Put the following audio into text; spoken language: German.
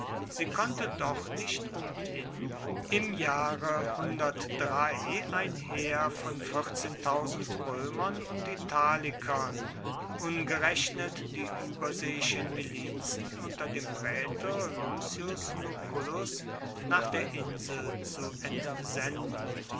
sie konnte doch nicht umhin im jahre ein heer von römern und italikern umgerechnet die überseeischen milizen unter dem prätor lucius lucullus nach der insel zu entsenden